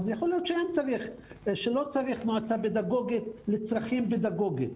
אז יכול להיות שלא צריך מועצה פדגוגית לצרכים פדגוגים.